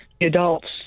adults